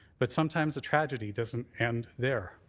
but sometimes the tragedy doesn't end there.